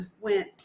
went